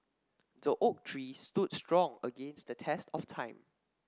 the oak tree stood strong against the test of time